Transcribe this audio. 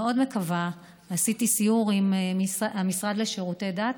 עשיתי סיור עם המשרד לשירותי דת,